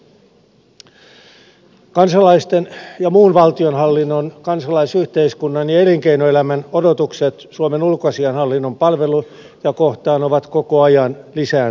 kansalaisten ja muun valtionhallinnon kansalaisyhteiskunnan ja elinkeinoelämän odotukset suomen ulkoasiainhallinnon palveluja kohtaan ovat koko ajan lisääntyneet